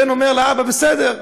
הבן אומר לאבא: בסדר.